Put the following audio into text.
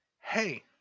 Hey